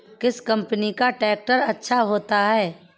किस कंपनी का ट्रैक्टर अच्छा होता है?